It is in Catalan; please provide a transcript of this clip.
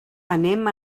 anem